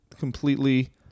completely